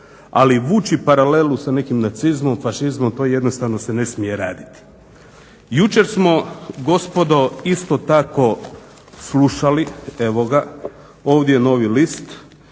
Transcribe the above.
ali vući paralelu sa nekim nacizmom, fašizmom to jednostavno se ne smije raditi. Jučer smo gospodo isto tako slušali, evo ga, ovdje je Novi list,